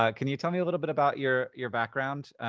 ah can you tell me a little bit about your your background?